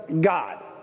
God